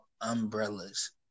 umbrellas